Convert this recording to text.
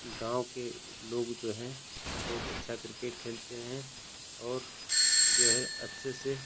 गाँव के लोग जो हैं बहुत अच्छा क्रिकेट खेलते हैं और जो है अच्छे से